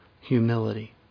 humility